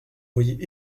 voyez